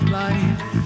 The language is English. life